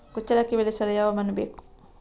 ಕುಚ್ಚಲಕ್ಕಿ ಬೆಳೆಸಲು ಯಾವ ಮಣ್ಣು ಬೇಕು?